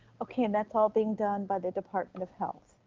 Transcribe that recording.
okay, and that's all being done by the department of health,